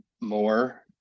more